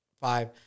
five